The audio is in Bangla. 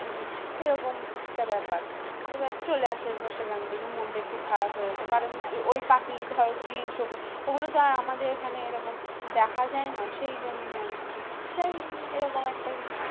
এরকম একটা ব্যাপার এবার চলে আসার পর সেখান থেকে মনটা একটু খারাপ হয়ে গেছে কারণ ওই পাখি ধরো চিল শগুন ওগুলো তো আর আমাদের এখানে এরকম দেখা যায় না সেই জন্যে আর কি যাই এরকম একটা কিছু